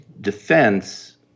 defense